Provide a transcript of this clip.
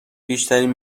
بیشترین